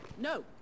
No